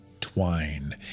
Twine